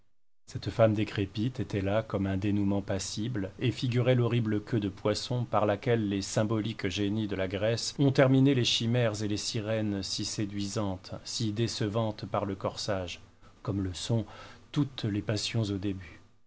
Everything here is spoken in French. cette femme décrépite était là comme un dénoûment passible et figurait l'horrible queue de poisson par laquelle les symboliques génies de la grèce ont terminé les chimères et les sirènes si séduisantes si décevantes par le corsage comme le sont toutes les passions au début